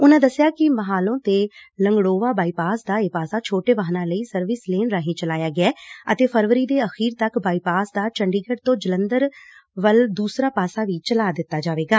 ਉਨਾਂ ਦਸਿਆ ਕਿ ਮਹਾਲੋ ਤੋਂ ਲੰਗੜੋਵਾ ਬਾਈਪਾਸ ਦਾ ਇਹ ਪਾਸਾ ਛੋਟੇ ਵਾਹਨਾਂ ਲਈ ਸਰਵਿਸ ਲੇਨ ਰਾਹੀਂ ਚਲਾਇਆ ਗਿਐ ਅਤੇ ਫਰਵਰੀ ਦੇ ਅਖੀਰ ਤੱਕ ਬਾਈਪਾਸ ਦਾ ਚੰਡੀਗੜ ਤੋ ਜਲੰਧਰ ਵਾਲਾ ਦੂਸਰਾ ਪਾਸਾ ਵੀ ਚਲਾ ਦਿੱਤਾ ਜਾਵੇਗਾ